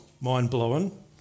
mind-blowing